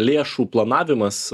lėšų planavimas